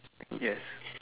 yes